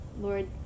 Lord